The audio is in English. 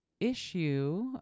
issue